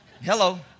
hello